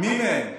מי מהם?